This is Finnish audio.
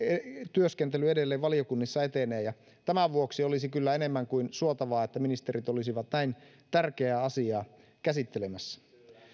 työskentely edelleen valiokunnissa etenee ja tämän vuoksi olisi kyllä enemmän kuin suotavaa että ministerit olisivat näin tärkeää asiaa käsittelemässä